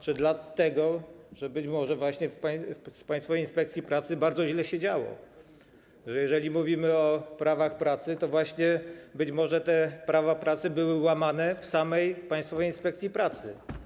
Czy dlatego, że być może właśnie w Państwowej Inspekcji Pracy bardzo źle się działo i że jeżeli mówimy o prawach pracy, to właśnie być może te prawa pracy były łamane w samej Państwowej Inspekcji Pracy?